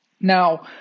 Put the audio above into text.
Now